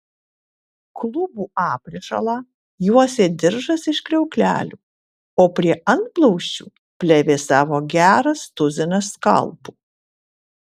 klubų aprišalą juosė diržas iš kriauklelių o prie antblauzdžių plevėsavo geras tuzinas skalpų